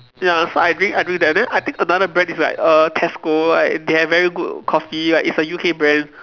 ya so I drink I drink that then I think another brand is like err Tesco like they have very good coffee like it's a U_K brand